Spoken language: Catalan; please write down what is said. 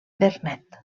vernet